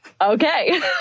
Okay